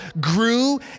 grew